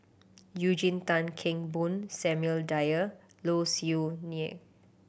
Eugene Tan Kheng Boon Samuel Dyer Low Siew Nghee